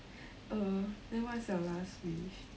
err then what's your last wish